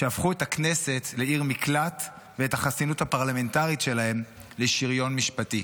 שהפכו את הכנסת לעיר מקלט ואת החסינות הפרלמנטרית שלהם לשריון משפטי.